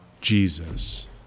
Jesus